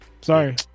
sorry